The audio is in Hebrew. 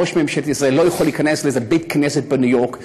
ראש ממשלת ישראל לא יכול להיכנס לאיזה בית-כנסת בניו יורק ולהגיד,